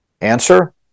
Answer